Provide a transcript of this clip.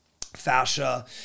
fascia